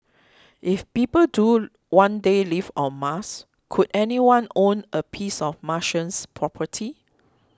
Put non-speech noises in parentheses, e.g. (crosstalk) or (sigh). if people do one day live on Mars could anyone own a piece of Martian (unintelligible) property